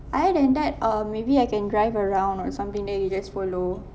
other than that um maybe I can drive around or something then you just follow